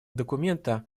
документа